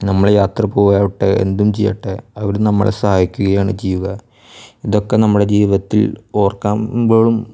നമ്മളുടെ യാത്ര പോകലാവട്ടെ എന്തും ചെയ്യട്ടെ അവര് നമ്മളെ സഹായിക്കുകയാണ് ചെയ്യുക ഇതൊക്കെ നമ്മുടെ ജീവിതത്തിൽ ഓർക്കാ മ്പോളും